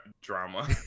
drama